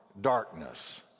darkness